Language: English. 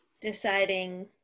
deciding